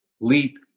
LEAP